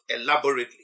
elaborately